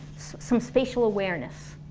some spatial awareness.